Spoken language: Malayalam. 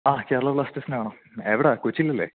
ആ കേരളാ ബ്ലാസ്റ്റേഴ്സിൻ്റെ കാണാം എവിടാ കൊച്ചിയിലല്ലേ